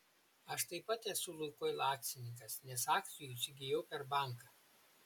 aš taip pat esu lukoil akcininkas nes akcijų įsigijau per banką